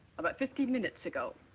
about fifteen minutes ago.